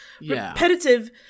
repetitive